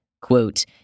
Quote